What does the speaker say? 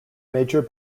major